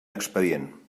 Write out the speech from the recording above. expedient